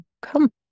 come